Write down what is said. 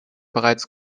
bereits